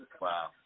Wow